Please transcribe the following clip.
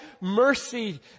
mercy